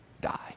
die